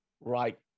right